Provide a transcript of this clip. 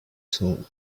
soon